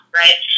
right